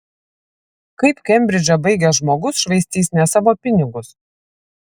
kaip kembridžą baigęs žmogus švaistys ne savo pinigus